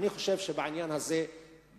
אני חושב שבעניין הזה,